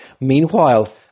Meanwhile